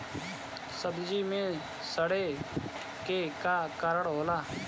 सब्जी में सड़े के का कारण होला?